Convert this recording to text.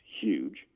huge